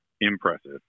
impressive